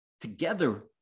Together